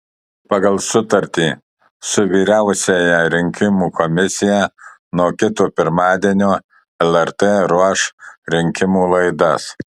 pagal sutartį su vyriausiąja rinkimų komisija nuo kito pirmadienio lrt ruoš rinkimų laidas